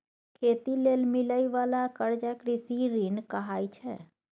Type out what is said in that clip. खेती लेल मिलइ बाला कर्जा कृषि ऋण कहाइ छै